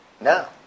No